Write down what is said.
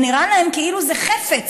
זה נראה להם כאילו זה חפץ,